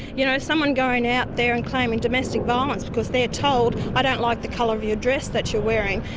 you know, someone going out there and claiming domestic violence because they are told, i don't like the colour of your dress that you're wearing.